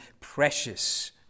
precious